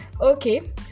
okay